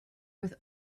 with